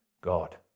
God